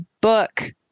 book